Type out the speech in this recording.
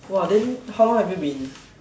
!wah! then how long have you been